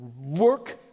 work